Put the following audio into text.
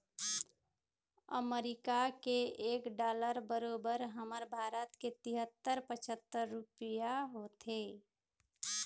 अमरीका के एक डॉलर बरोबर हमर भारत के तिहत्तर चउहत्तर रूपइया होथे